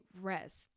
rest